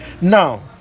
now